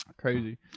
Crazy